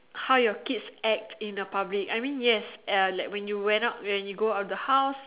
how your kids act in the public I mean yes uh like when you went out when you go out of the house